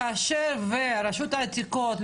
כאשר רשות העתיקות,